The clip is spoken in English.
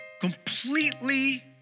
completely